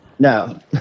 No